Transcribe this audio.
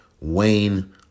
Wayne